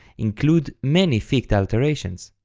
include many ficta alterations.